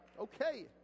Okay